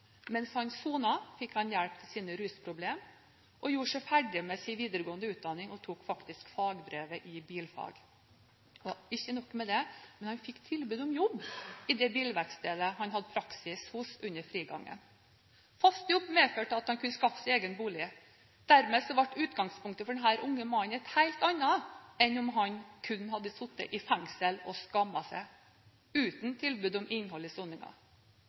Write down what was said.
Mens han sonte, fikk han hjelp til sine rusproblem, gjorde seg ferdig med videregående utdanning og tok fagbrev i bilfaget. Og ikke nok med det, han fikk tilbud om jobb i det bilverkstedet han hadde praksis hos under frigangen. Fast jobb medførte at han kunne skaffe seg egen bolig. Dermed ble utgangspunktet for denne unge mannen et helt annet enn om han kun hadde sittet i fengsel og skammet seg, uten tilbud om innhold i